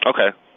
Okay